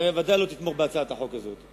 אתה בוודאי לא תתמוך בהצעת החוק הזאת.